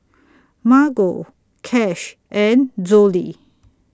Margo Cash and Zollie